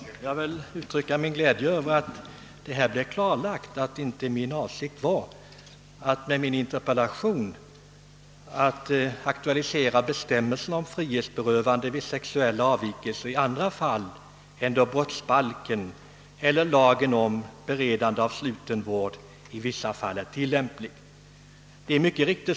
Herr talman! Jag vill uttrycka min glädje över att det nu blivit klarlagt att avsikten med min interpellation in te var att aktualisera bestämmelser om frihetsberövande vid sexuella avvikelser i andra fall än då brottsbalken eller lagen om beredande av sluten vård i vissa fall är tillämplig.